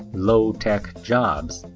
low-tech jobs,